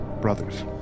Brothers